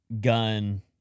gun